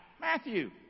Matthew